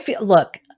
Look